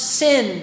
sin